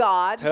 God